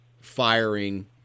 firing